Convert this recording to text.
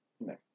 No